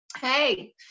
hey